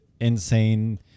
insane